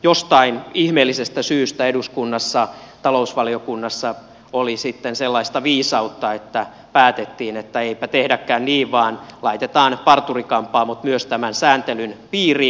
jostain ihmeellisestä syystä eduskunnassa talousvaliokunnassa oli sitten sellaista viisautta että päätettiin että eipä tehdäkään niin vaan laitetaan parturi kampaamot myös tämän sääntelyn piiriin